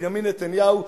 בנימין נתניהו,